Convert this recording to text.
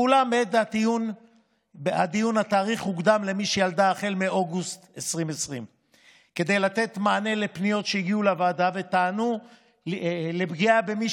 אולם בעת הדיון התאריך הוקדם למי שילדה החל מאוגוסט 2020. כדי לתת מענה על פניות שהגיעו לוועדה וטענו לפגיעה במי